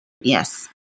yes